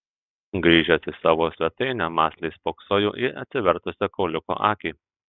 grįžęs į savo svetainę mąsliai spoksojau į atsivertusią kauliuko akį